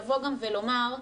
לבוא ולומר,